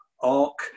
ark